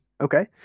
okay